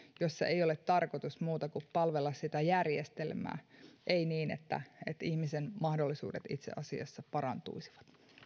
joissa ei ole tarkoitus muuta kuin palvella sitä järjestelmää vaan niin että ihmisen mahdollisuudet itse asiassa parantuisivat